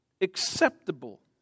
acceptable